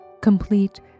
complete